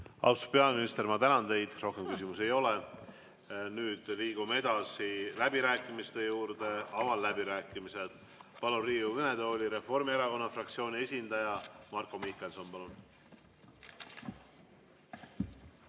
Austatud peaminister, ma tänan teid! Rohkem küsimusi ei ole. Nüüd liigume edasi läbirääkimiste juurde. Avan läbirääkimised ja palun Riigikogu kõnetooli Reformierakonna fraktsiooni esindaja Marko Mihkelsoni.